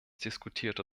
diskutierte